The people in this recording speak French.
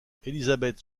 elisabeth